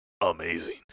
amazing